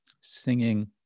singing